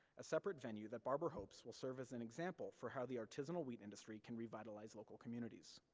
a separate venue that barber hopes will serve as an example for how the artisanal wheat industry can revitalize local communities.